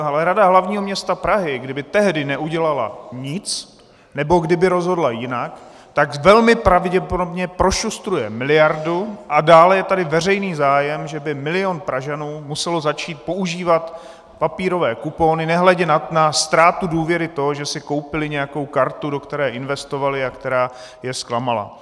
Ale Rada hlavního města Prahy, kdyby tehdy neudělala nic nebo kdyby rozhodla jinak, tak velmi pravděpodobně prošustruje miliardu, a dále je tady veřejný zájem, že by milion Pražanů musel začít používat papírové kupony, nehledě na ztrátu důvěry toho, že si koupili nějakou kartu, do které investovali a která je zklamala.